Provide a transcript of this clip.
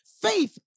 faith